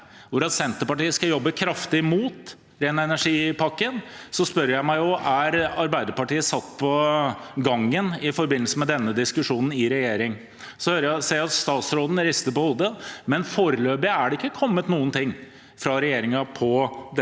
hvordan Senterpartiet skal jobbe kraftig imot ren energi-pakken, spør jeg meg: Er Arbeiderpartiet satt på gangen i forbindelse med denne diskusjonen i regjering? Så ser jeg at utenriksministeren rister på hodet, men foreløpig er det ikke kommet noe fra regjeringen på dette.